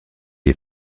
est